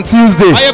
Tuesday